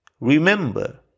Remember